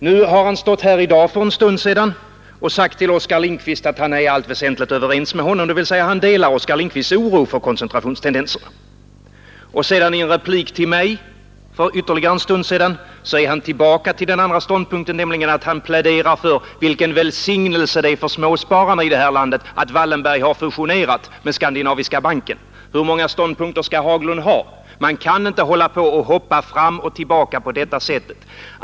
Nu har han stått här för en stund sedan och sagt till Oskar Lindkvist att han i allt väsentligt är överens med honom, dvs. han delar Oskar Lindkvists oro för koncentrationstendenser. Efter ytterligare en stund kom han tillbaka i en replik till mig och framhöll vilken välsignelse det är för småspararna i vårt land att Wallenbergs bank har fusionerat med Skandinaviska banken. Hur många ståndpunkter skall herr Haglund ha? Man kan inte hoppa fram och tillbaka på detta sätt.